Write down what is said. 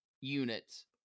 units